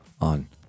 on